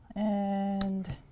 and